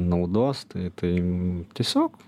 naudos tai tai tiesiog